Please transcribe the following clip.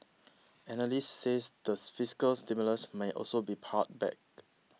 analysts says the fiscal stimulus may also be pared back